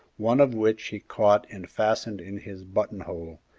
one of which he caught and fastened in his buttonhole,